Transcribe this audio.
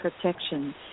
protection